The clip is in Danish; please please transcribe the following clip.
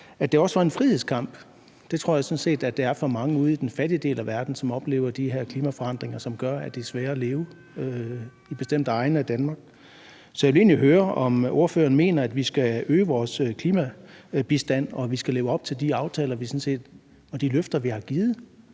også er en frihedskamp. Det tror jeg sådan set at det er for mange ude i den fattige del af verden, som oplever de her klimaforandringer, som gør, at det også er sværere at leve i bestemte egne af Danmark. Så jeg vil egentlig høre, om ordføreren mener, at vi skal øge vores klimabistand og leve op til de aftaler og løfter, vi har givet